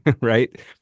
right